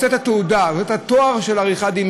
רוצה את התעודה ואת התואר של עריכת דין,